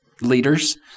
leaders